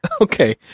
Okay